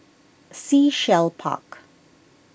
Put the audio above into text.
Sea Shell Park